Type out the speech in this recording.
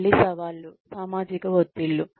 మళ్ళీ సవాళ్లు సామాజిక ఒత్తిళ్లు